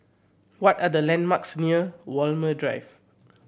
what are the landmarks near Walmer Drive